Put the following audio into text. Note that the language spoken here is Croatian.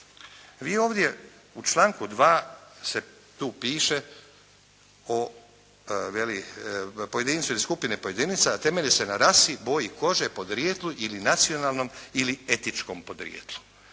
Vi ovdje u članku 2. tu piše o, veli pojedincu ili skupini pojedinaca temelji se na rasi, boji kože, podrijetlu ili nacionalnom ili etičkom podrijetlu.